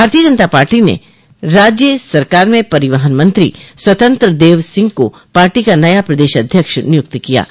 भारतीय जनता पार्टी ने राज्य सरकार में परिवहन मंत्री स्वतंत्र देव सिंह को पार्टी का नया प्रदेश अध्यक्ष नियुक्त किया है